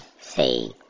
say